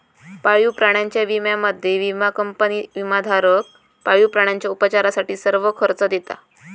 पाळीव प्राण्यांच्या विम्यामध्ये, विमा कंपनी विमाधारक पाळीव प्राण्यांच्या उपचारासाठी सर्व खर्च देता